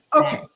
Okay